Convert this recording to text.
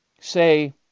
say